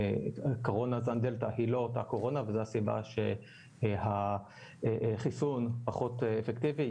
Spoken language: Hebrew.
קורונה דלתא היא לא אותה קורונה וזאת הסיבה שהחיסון פחות אפקטיבי.